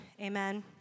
Amen